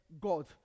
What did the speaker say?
God